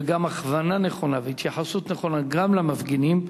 וגם הכוונה נכונה והתייחסות נכונה גם למפגינים,